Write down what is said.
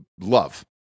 love